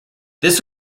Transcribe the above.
this